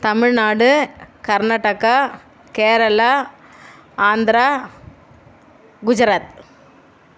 Tamil Nadu Karnataka Kerala Andhra Gujarat